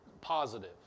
positive